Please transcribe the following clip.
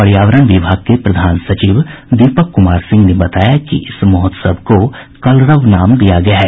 पर्यावरण विभाग के प्रधान सचिव दीपक कुमार सिंह ने बताया कि इस महोत्सव को कलरव नाम दिया गया है